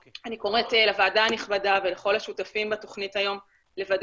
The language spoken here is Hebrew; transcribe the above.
אני קוראת לוועדה הנכבדה ולכל השותפים בתוכנית היום לוודא